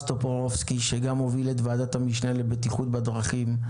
טופורובסקי שגם הוביל את ועדת המשנה לבטיחות בדרכים,